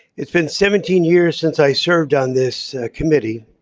it's been seventeen years since i served on this committee.